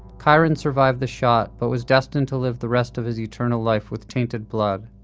chiron survived the shot but was destined to live the rest of his eternal life with tainted blood.